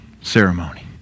ceremony